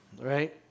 right